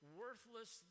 worthless